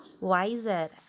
wiser